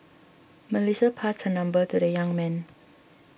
Melissa passed her number to the young man